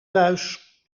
thuis